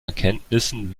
erkenntnissen